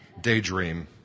daydream